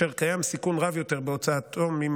אין